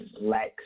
lacks